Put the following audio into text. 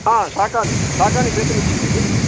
हा शाकानि शाकानि क्रेतुमिच्छति किम्